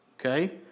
Okay